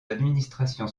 administration